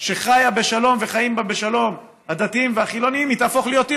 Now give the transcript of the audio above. שחיה בשלום וחיים בה בשלום הדתיים והחילונים היא תהפוך להיות עיר